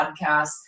podcast